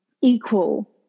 equal